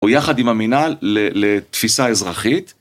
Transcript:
או יחד עם המינהל לתפיסה אזרחית.